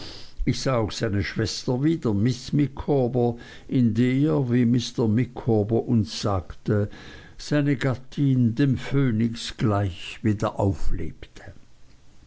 ich sah auch seine schwester wieder miß micawber in der wie mr micawber uns sagte seine gattin dem phönix gleich wieder auflebte